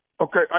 Okay